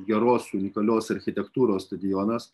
geros unikalios architektūros stadionas